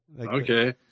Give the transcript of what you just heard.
Okay